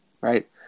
Right